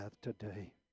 today